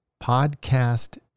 podcast